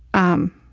um,